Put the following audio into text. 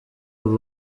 aba